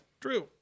True